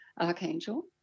Archangel